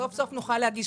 סוף-סוף נוכל להגיש.